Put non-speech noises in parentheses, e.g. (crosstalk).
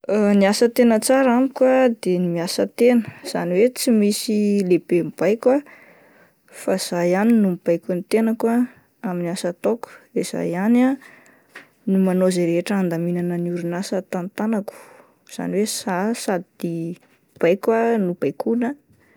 (hesitation) Ny asa tena tsara amiko ah de ny miasa tena izany hoe tsy misy lehibe mibaiko ah fa izaho ihany no mibaiko ny tenako ah amin'ny asa ataoko de izaho ihany ah no manao izay andaminana ny orinasa tantanako izany hoe zah sady mibaiko no baikoina.